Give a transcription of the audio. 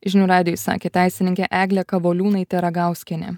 žinių radijui sakė teisininkė eglė kavoliūnaitė ragauskienė